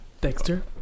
Dexter